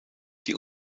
die